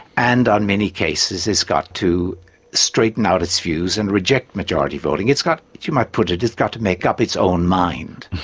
and on many cases it's got to straighten out its views and reject majority voting. it's got, you might put it, it's got to make up its own mind,